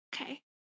okay